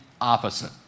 opposite